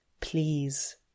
Please